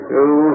Two